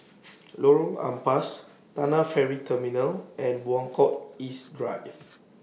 Lorong Ampas Tanah Ferry Terminal and Buangkok East Drive